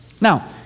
Now